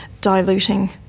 diluting